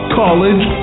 college